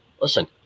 listen